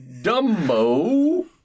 Dumbo